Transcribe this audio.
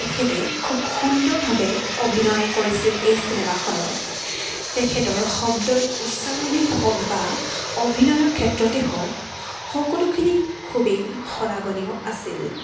তেখেতে খুব সুন্দৰভাৱে অভিনয় কৰিছিল এই চিনেমাখনত তেখেতৰ শব্দৰ উচ্চাৰণেই হওঁক বা অভিনয়ৰ ক্ষেত্ৰতেই হওঁক সকলোখিনি খুবেই শলাগনীয় আছিল